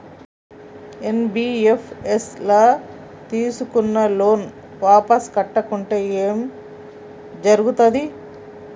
NBFS ల తీస్కున్న loan వాపస్ కట్టకుంటే ఏం జర్గుతది?